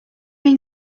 mean